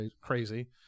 crazy